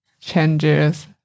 changes